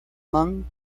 man